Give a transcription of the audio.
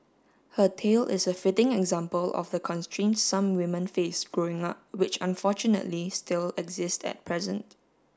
her tale is a fitting example of the constraints some women face growing up which unfortunately still exist at present